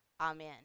Amen